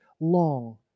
long